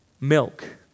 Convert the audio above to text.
milk